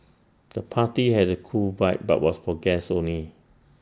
the party had A cool vibe but was for guests only